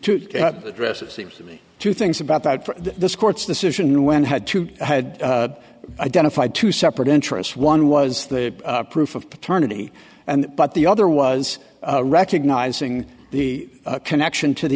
to address it seems to me two things about that for this court's decision when had to identify two separate entrance one was the proof of paternity and but the other was recognizing the connection to the